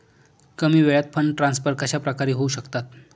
कमी वेळात fund transfer कशाप्रकारे होऊ शकतात?